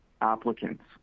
applicants